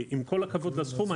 עם כל הכבוד לסכום,